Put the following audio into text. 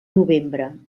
novembre